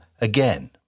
again